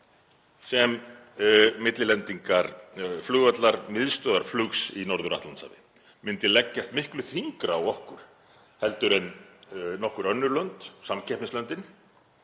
sem millilendingarflugvallar, miðstöðvar flugs í Norður-Atlantshafi, myndi leggjast miklu þyngra á okkur heldur en nokkur önnur lönd, samkeppnislöndin,